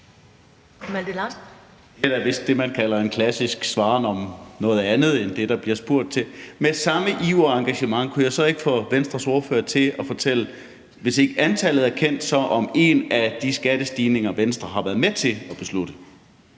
Det var vist det, man kalder en klassisk svaren på noget andet end det, der bliver spurgt til. Kunne jeg så ikke få Venstres ordfører til, med samme iver og engagement, at fortælle om en af de skattestigninger, som Venstre har været med til at beslutte